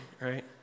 right